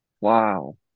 Wow